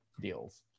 deals